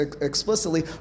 explicitly